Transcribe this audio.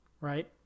right